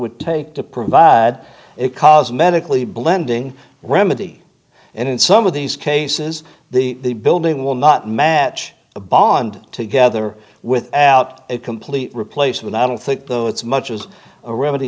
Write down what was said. would take to provide it cause medically blending remedy and in some of these cases the building will not match a bond together without a complete replacement i don't think though it's much as a remedy